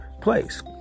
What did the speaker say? place